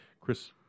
Chris